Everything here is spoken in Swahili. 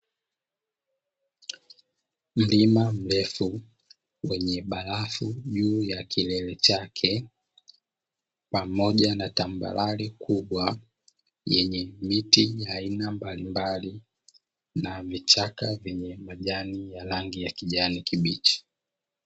Mlima mrefu, wenye barafu juu ya kilele chake, pamoja na tambarare kubwa yenye miti ya aina mbalimbali na vichaka vyenye majani ya rangi ya kijani kibichi.